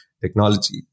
technology